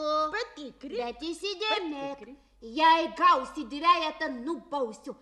o tik reik įsidėmėti jei gausiu dvejetą nubausiu